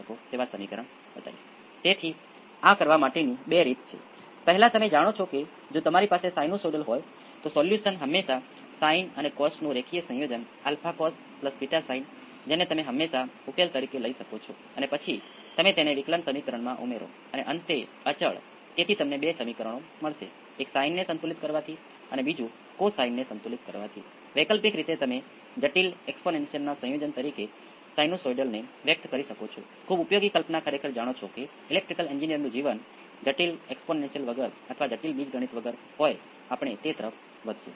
તેથી સ્પષ્ટપણે આ કિસ્સામાં તમે જોશો કે રિસ્પોન્સ p 1 દ્વારા પ્રભુત્વ ધરાવશે કારણ કે તે નાનો છે અને તેને અનુરૂપ એક્સ્પોનેંસિયલ સામાન્ય રીતે વધુ ધીરે ધીરે શૂન્ય થાય છે અને છેલ્લે હું R ને આપણે 1 Ω લઈ શકીએ